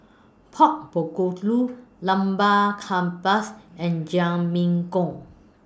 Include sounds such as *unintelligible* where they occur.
Pork Bulgogi Lamb Kebabs and *unintelligible*